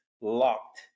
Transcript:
locked